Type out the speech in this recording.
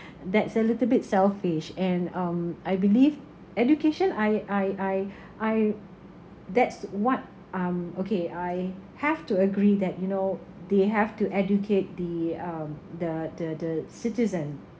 that's a little bit selfish and um I believe education I I I I that's what um okay I have to agree that you know they have to educate the um the the the citizen